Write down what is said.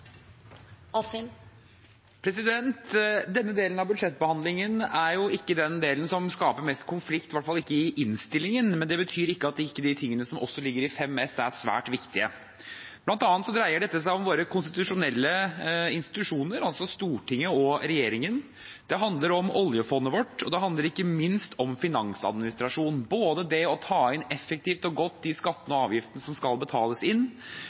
betyr ikke at ikke de tingene som ligger i Innst. 5 S for 2019–2020, også er svært viktige. Blant annet dreier dette seg om våre konstitusjonelle institusjoner, altså Stortinget og regjeringen. Det handler om oljefondet vårt, og det handler ikke minst om finansadministrasjonen – å ta inn de skattene som skal betales inn, effektivt og godt,